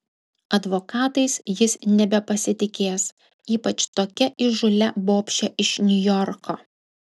advokatais jis nebepasitikės ypač tokia įžūlia bobše iš niujorko